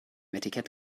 etikett